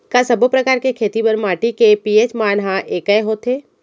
का सब्बो प्रकार के खेती बर माटी के पी.एच मान ह एकै होथे?